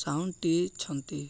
ସାଉଁଟିଛନ୍ତି